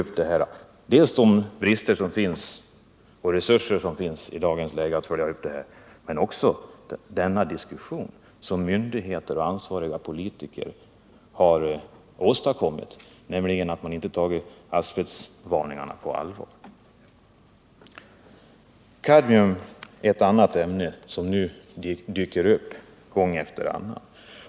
Här gäller det de bristande resurser som finns i dagens läge men också den diskussion som myndigheter och ansvariga politiker har åstadkommit — att man inte tagit asbestvarningarna på allvar. Kadmium är ett annat ämne som nu dyker upp gång efter annan.